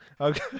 okay